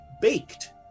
baked